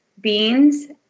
beans